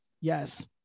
yes